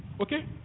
okay